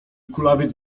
kulawiec